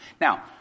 Now